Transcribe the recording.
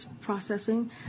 processing